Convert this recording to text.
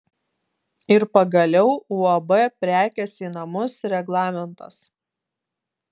ir pagaliau uab prekės į namus reglamentas